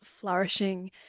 flourishing